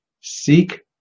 seek